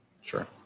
Sure